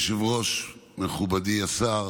אדוני היושב-ראש, מכובדי השר,